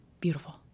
beautiful